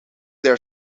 their